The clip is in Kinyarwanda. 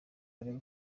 arebe